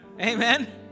Amen